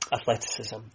athleticism